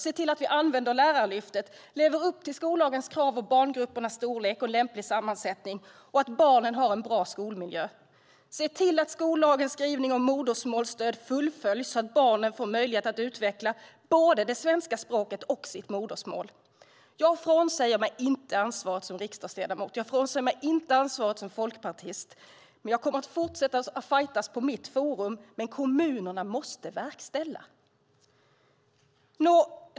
Se till att vi använder Lärarlyftet och lever upp till skollagens krav och reglerna för barngruppernas storlek och lämplig sammansättning, och se till att barnen har en bra skolmiljö! Se till att skollagens skrivning om modersmålsstöd fullföljs så att barnen får möjlighet att utveckla både det svenska språket och sitt modersmål! Jag frånsäger mig inte ansvaret som riksdagsledamot. Jag frånsäger mig inte ansvaret som folkpartist. Jag kommer att fortsätta att fajtas i mitt forum, men kommunerna måste verkställa.